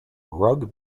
rugby